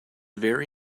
very